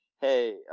Hey